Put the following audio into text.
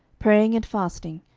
praying and fasting,